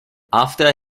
after